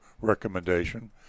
recommendation